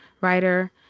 writer